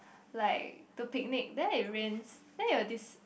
like to picnic then it rains then it will dis~